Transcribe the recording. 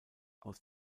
aus